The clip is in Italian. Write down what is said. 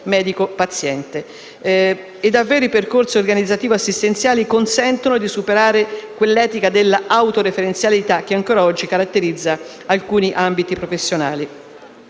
medico-paziente. Davvero i percorsi organizzativo-assistenziali consentono di superare quell'etica della autoreferenzialità che ancora oggi caratterizza alcuni ambiti professionali.